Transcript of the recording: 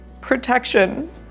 protection